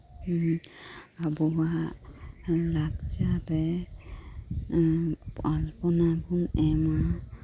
ᱤᱧ ᱟᱵᱚᱣᱟᱜ ᱞᱟᱠᱪᱟᱨᱨᱮ ᱟᱞᱯᱚᱱᱟᱵᱚᱱ ᱮᱢᱟ